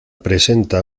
presenta